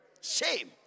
Shame